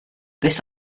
this